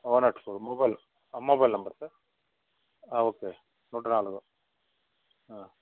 one nought four mobile mobile number sir okay నూట నాలుగు